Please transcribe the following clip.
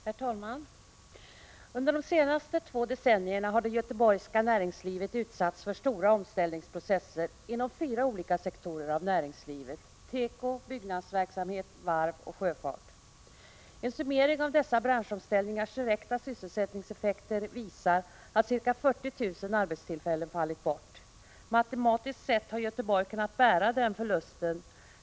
Herr talman! Under de senaste två decennierna har Göteborg utsatts för stora omställningsprocesser inom fyra sektorer av näringslivet: teko, byggnadsverksamhet, varv och sjöfart. En summering av dessa branschomställningars direkta sysselsättningseffekter visar att ca 40 000 arbetstillfällen fallit bort. Matematiskt sett har Göteborg kunnat bära den förlusten.